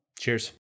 Cheers